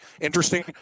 interesting